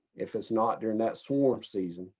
if it's not during that swarm season,